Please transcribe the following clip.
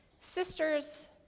Sisters